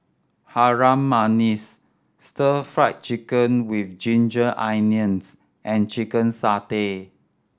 Harum Manis Stir Fried Chicken With Ginger Onions and chicken satay